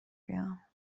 بیام